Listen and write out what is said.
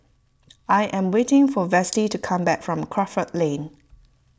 I am waiting for Vashti to come back from Crawford Lane